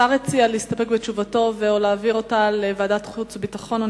השר הציע להסתפק בתשובתו ו/או להעביר אותה לוועדת החוץ והביטחון.